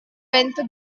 vento